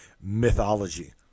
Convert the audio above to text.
mythology